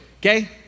okay